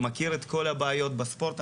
הוא מכיר את כל הבעיות בספורט.